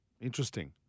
Interesting